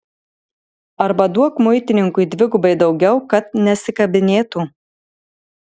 arba duok muitininkui dvigubai daugiau kad nesikabinėtų